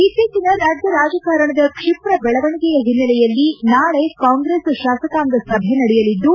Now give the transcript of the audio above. ಇತ್ತೀಚಿನ ರಾಜ್ಯ ರಾಜಕಾರಣದ ಕ್ಷಿಪ್ರ ಬೆಳವಣಿಗೆಯ ಹಿನ್ನೆಲೆಯಲ್ಲಿ ನಾಳೆ ಕಾಂಗ್ರೆಸ್ ಶಾಸಕಾಂಗ ಸಭೆ ನಡೆಯಲಿದ್ದು